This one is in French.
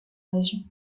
région